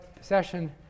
session